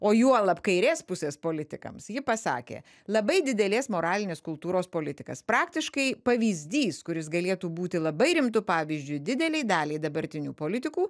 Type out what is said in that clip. o juolab kairės pusės politikams ji pasakė labai didelės moralinės kultūros politikas praktiškai pavyzdys kuris galėtų būti labai rimtu pavyzdžiu didelei daliai dabartinių politikų